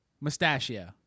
mustachio